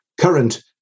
current